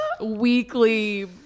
weekly